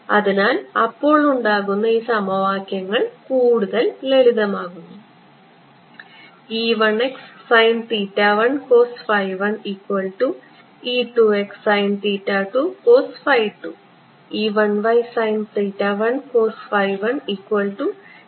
അതിനാൽ അപ്പോൾ ഉണ്ടാകുന്ന ഈ സമവാക്യങ്ങൾ കൂടുതൽ ലളിതമാക്കുന്നു